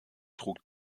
trug